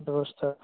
ব্যৱস্থা